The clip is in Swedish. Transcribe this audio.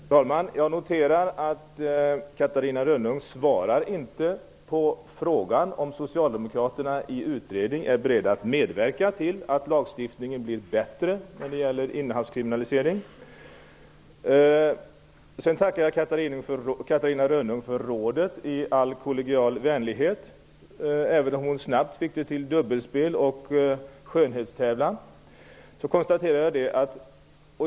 Herr talman! Jag noterar att Catarina Rönnung inte svarar på frågan, om socialdemokraterna är beredda att i en utredning medverka till att lagstiftningen när det gäller innehavskriminalisering blir bättre. Jag tackar Catarina Rönnung för rådet hon gav i all kollegial vänlighet, även om hon snabbt fick det till dubbelspel och skönhetstävlan.